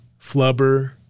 flubber